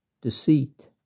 deceit